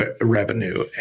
revenue